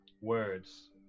words